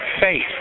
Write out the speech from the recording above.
faith